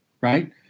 right